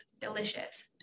delicious